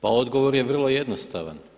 Pa odgovor je vrlo jednostavan.